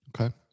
Okay